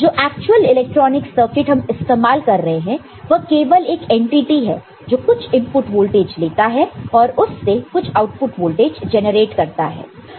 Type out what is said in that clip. जो actual electronic circuit हम इस्तेमाल कर रहे हैं वह केवल एक एंटिटी है जो कुछ इनपुट वोल्टेज लेता है और उससे कुछ आउटपुट वोल्टेज जनरेट करता है